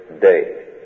day